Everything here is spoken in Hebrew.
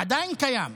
עדיין קיים.